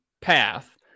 path